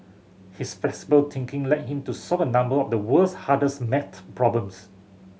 his flexible thinking led him to solve a number of the world's hardest maths problems